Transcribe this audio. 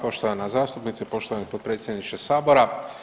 Poštovana zastupnice, poštovani potpredsjedniče Sabora.